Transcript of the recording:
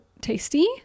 tasty